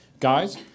Guys